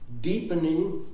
Deepening